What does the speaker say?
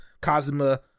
Kazuma